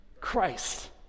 Christ